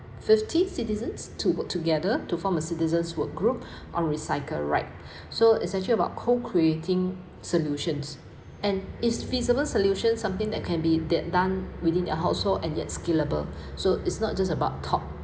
fifty citizens to work together to form a citizens work group on recycle right so it's actually about co-creating solutions and is feasible solution something that can be that done within their household and yet scalable so it's not just about top